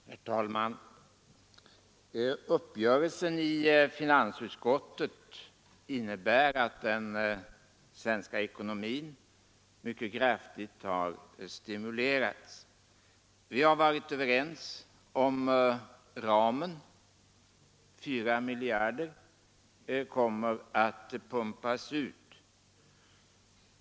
Herr talman! Uppgörelsen i finansutskottet innebär att den svenska ekonomin mycket kraftigt stimuleras. Vi har varit överens om ramen: 4 miljarder kronor kommer att pumpas ut.